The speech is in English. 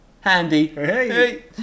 handy